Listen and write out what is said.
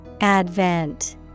Advent